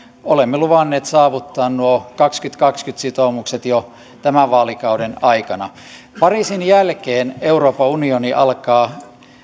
olemme luvanneet saavuttaa nuo kaksituhattakaksikymmentä sitoumukset jo tämän vaalikauden aikana pariisin jälkeen euroopan unioni alkaa